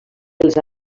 els